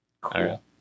Cool